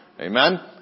Amen